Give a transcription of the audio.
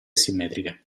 simmetriche